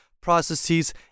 processes